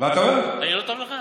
אני לא טוב לך?